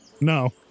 No